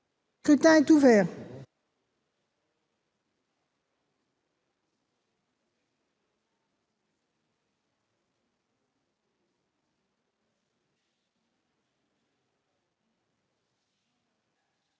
Le scrutin est ouvert.